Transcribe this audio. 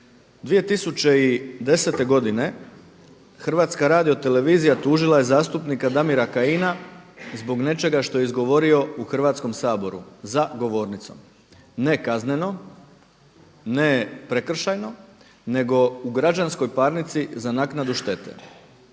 2010. godine HRT tužila je zastupnika Damira Kajina zbog nečega što je izgovorio u Hrvatskom saboru za govornicom, ne kazneno, ne prekršajno nego u građanskoj parnici za naknadu štete.